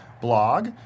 blog